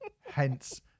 Hence